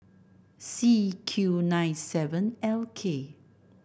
C Q nine seven L K